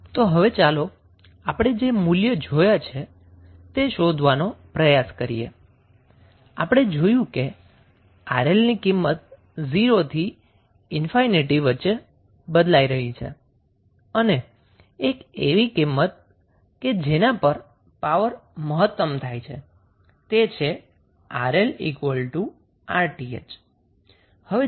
તો હવે ચાલો આપણે જે મૂલ્ય જોયા છે તે શોધવાનો પ્રયાસ કરીએ આપણે જોયું કે 𝑅𝐿 ની કિંમત 0 થી ઇનફીનીટીની વચ્ચે બદલાઈ રહી છે અને એક એવી કિંમત કે જેના પર પાવર મહત્તમ થાય છે તે છે 𝑅𝐿𝑅𝑇ℎ